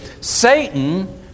Satan